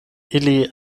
ili